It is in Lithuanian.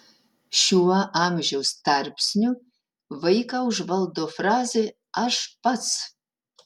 šiuo amžiaus tarpsniu vaiką užvaldo frazė aš pats